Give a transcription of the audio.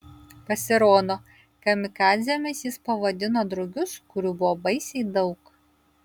pasirodo kamikadzėmis jis pavadino drugius kurių buvo baisiai daug